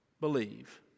believe